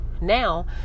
Now